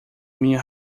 minha